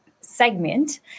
segment